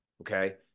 Okay